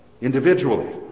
individually